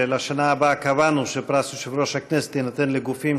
כשלשנה הבאה קבענו שפרס יושב-ראש הכנסת יינתן לגופים